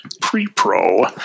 pre-pro